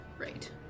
right